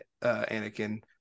Anakin